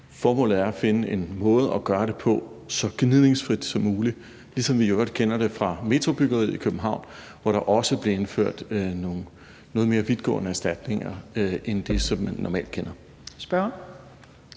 Formålet er at finde en måde at gøre det på, der er så gnidningsfri som muligt, ligesom vi i øvrigt kender det fra metrobyggeriet i København, hvor der også blev indført nogle noget mere vidtgående erstatninger end dem, som man normalt kender. Kl.